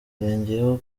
yongeyeho